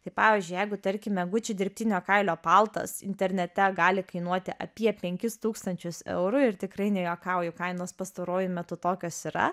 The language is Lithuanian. tai pavyzdžiui jeigu tarkime gucci dirbtinio kailio paltas internete gali kainuoti apie penkis tūkstančius eurų ir tikrai nejuokauju kainos pastaruoju metu tokios yra